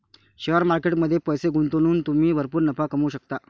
share market मध्ये पैसे गुंतवून तुम्ही भरपूर नफा कमवू शकता